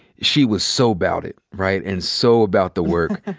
she was so about it, right, and so about the work.